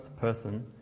person